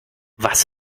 was